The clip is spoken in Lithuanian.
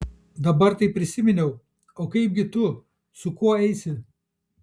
dabar tai prisiminiau o kaipgi tu su kuo eisi